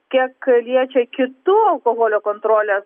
kiek liečia kitų alkoholio kontrolės